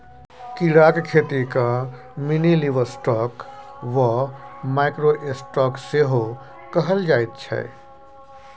कीड़ाक खेतीकेँ मिनीलिवस्टॉक वा माइक्रो स्टॉक सेहो कहल जाइत छै